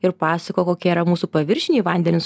ir pasakojo kokie yra mūsų paviršiniai vandenys